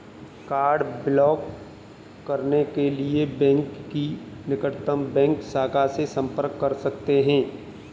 card block करने के लिए बैंक की निकटतम बैंक शाखा से संपर्क कर सकते है